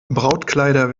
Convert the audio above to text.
brautkleider